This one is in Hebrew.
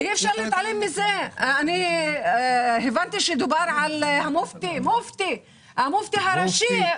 אני הבנתי שדובר על המופתי הראשי,